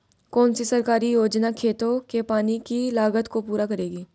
कौन सी सरकारी योजना खेतों के पानी की लागत को पूरा करेगी?